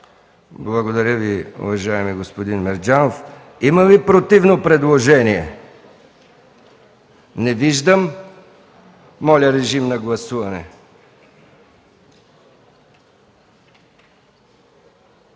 Благодаря Ви, уважаеми господин Мерджанов. Има ли противно предложение? Не виждам. Моля, режим на гласуване.